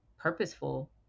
purposeful